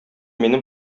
минем